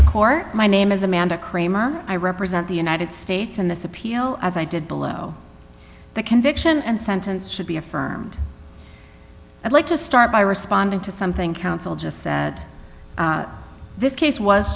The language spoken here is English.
the court my name is amanda kramer i represent the united states in this appeal as i did below the conviction and sentence should be affirmed i'd like to start by responding to something counsel just said this case was